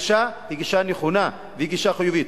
הגישה היא גישה נכונה וגישה חיובית.